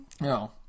No